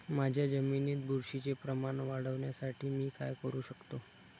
माझ्या जमिनीत बुरशीचे प्रमाण वाढवण्यासाठी मी काय करू शकतो?